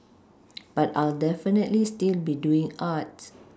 but I'll definitely still be doing art